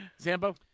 Zambo